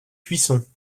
cuisson